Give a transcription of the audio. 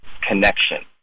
connection